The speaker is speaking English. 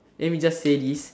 let me just say this